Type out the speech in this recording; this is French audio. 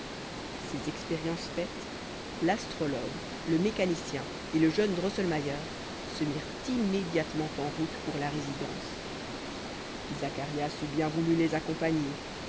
ces expériences faites l'astrologue le mécanicien et le jeune drosselmayer se mirent immédiatement en route pour la résidence zacharias eût bien voulu les accompagner